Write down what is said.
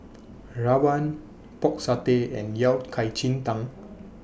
Rawon Pork Satay and Yao Cai Ji Tang